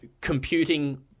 computing